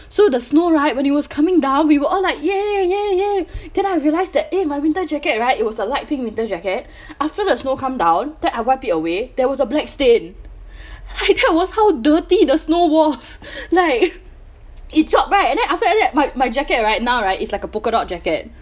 so the snow right when it was coming down we were all like !yay! !yay! !yay! then I realise that eh my winter jacket right it was a light pink winter jacket after the snow come down then I wipe it away there was a black stain and that was how dirty the snow was like it drop right and then after that my my jacket right now right it's like a polka dot jacket